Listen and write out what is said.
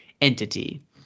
entity